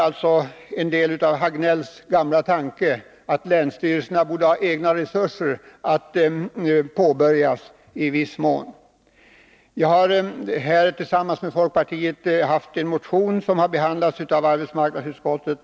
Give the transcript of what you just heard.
Landshövding Hagnells tanke, att länsstyrelserna borde ha egna ekonomiska resurser, börjar alltså i viss mån att förverkligas. Tillsammans med några centerpartister och folkpartister har jag väckt en motion, och denna har behandlats av arbetsmarknadsutskottet.